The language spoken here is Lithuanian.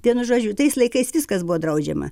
vienu žodžiu tais laikais viskas buvo draudžiama